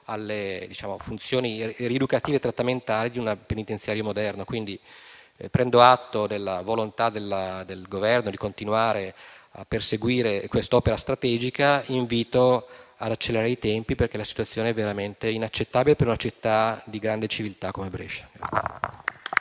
alle funzioni rieducative e trattamentali di un penitenziario moderno. Prendo quindi atto della volontà del Governo di continuare a perseguire quest'opera strategica, ma invito ad accelerare i tempi, perché la situazione è veramente inaccettabile per una città di grande civiltà come Brescia.